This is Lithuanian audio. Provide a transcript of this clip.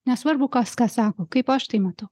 nesvarbu kas ką sako kaip aš tai matau